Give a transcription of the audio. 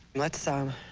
let's, um.